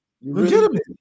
Legitimate